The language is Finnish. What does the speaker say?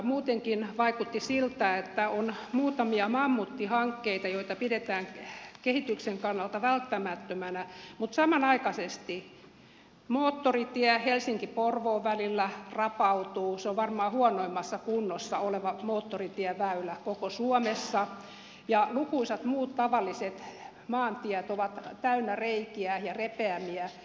muutenkin vaikutti siltä että on muutamia mammuttihankkeita joita pidetään kehityksen kannalta välttämättöminä mutta samanaikaisesti moottoritie helsinkiporvoo välillä rapautuu se on varmaan huonoimmassa kunnossa oleva moottoritieväylä koko suomessa ja lukuisat muut tavalliset maantiet ovat täynnä reikiä ja repeämiä